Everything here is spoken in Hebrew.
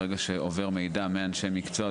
ברגע שעובר מידע מאנשי מקצוע,